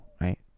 right